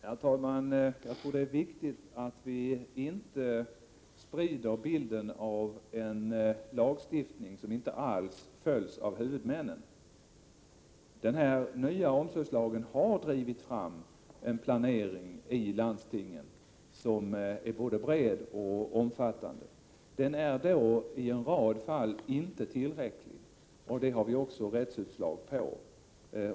Herr talman! Jag tror att det är viktigt att vi inte sprider uppfattningen att det rör sig om en lagstiftning som inte alls följs av huvudmännen. Den nya omsorgslagen har i landstingen drivit fram en planering som är både bred och omfattande. Ändå är den i en rad fall inte tillräcklig, vilket vi också har rättsutslag på.